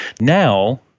now